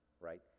right